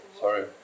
sorry